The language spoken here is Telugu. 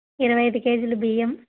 ఇరవై ఐదు కేజీల బియ్యం